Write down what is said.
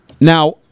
Now